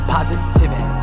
Positivity